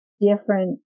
different